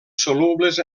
solubles